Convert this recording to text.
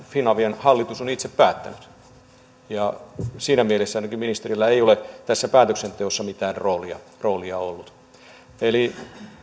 finavian hallitus on itse päättänyt ainakaan siinä mielessä ministerillä ei ole tässä päätöksenteossa mitään roolia roolia ollut eli